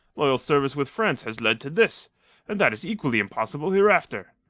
loyal service with france has led to this and that is equally impossible hereafter.